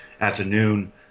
afternoon